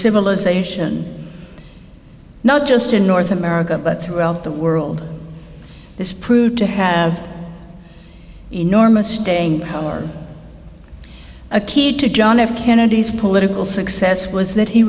civilization not just in north america but throughout the world this proved to have enormous staying power a key to john f kennedy's political success was that he